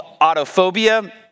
autophobia